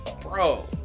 Bro